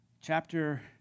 Chapter